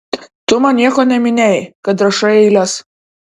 tu man nieko neminėjai kad rašai eiles